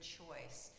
choice